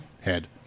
head